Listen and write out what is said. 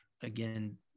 again